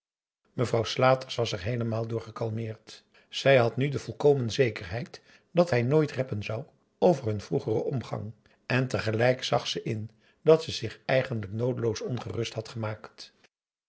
mevrouw slaters was er heelemaal door gekalmeerd zij had nu de volkomen zekerheid dat hij nooit reppen zou over hun vroegeren omgang en tegelijk zag ze in dat ze zich eigenlijk noodeloos ongerust had gemaakt